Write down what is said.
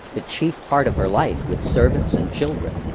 the chief part of her life, with servants and children,